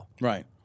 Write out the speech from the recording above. Right